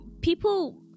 people